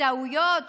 מטעויות